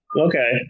Okay